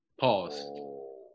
Pause